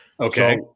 Okay